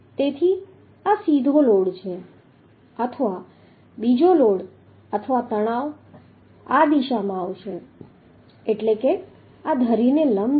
તેથી આ સીધો લોડ છે અને બીજો લોડ અથવા તણાવ આ દિશામાં આવશે એટલે કે આ ધરી ને લંબ છે